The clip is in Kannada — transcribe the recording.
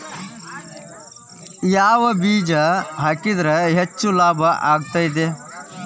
ಯಾವ ಬೇಜ ಹಾಕಿದ್ರ ಹೆಚ್ಚ ಲಾಭ ಆಗುತ್ತದೆ?